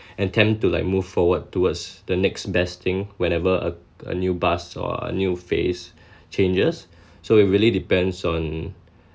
and tend to like move forward towards the next best thing whenever a a new bust or a new face changes so it really depends on